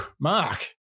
Mark